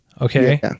okay